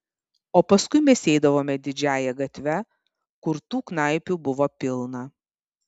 o paskui mes eidavome didžiąja gatve kur tų knaipių buvo pilna